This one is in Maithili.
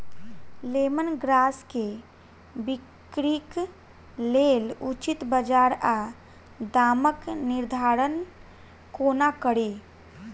लेमन ग्रास केँ बिक्रीक लेल उचित बजार आ दामक निर्धारण कोना कड़ी?